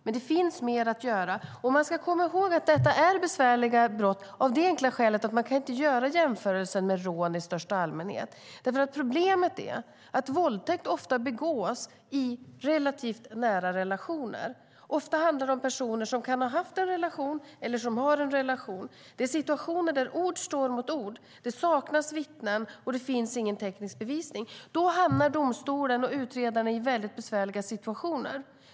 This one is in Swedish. Men det finns mer att göra. Man ska komma ihåg att detta är besvärliga brott, av det enkla skälet att de inte kan jämföras med rån i största allmänhet. Problemet är att våldtäkt ofta begås i relativt nära relationer. Ofta handlar det om personer som kan ha haft en relation eller som har en relation. Det är situationer där ord står mot ord. Det saknas vittnen, och det finns ingen teknisk bevisning. Då hamnar domstolen och utredaren i besvärliga situationer.